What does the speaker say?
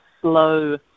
slow